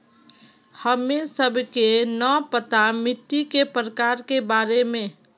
हमें सबके न पता मिट्टी के प्रकार के बारे में?